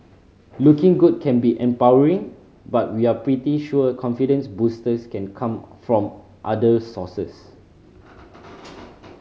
looking good can be empowering but we're pretty sure confidence boosters can come from other sources